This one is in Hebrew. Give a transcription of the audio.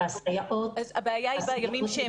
הבעיה היא בימים שהם